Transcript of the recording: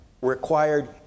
required